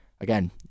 again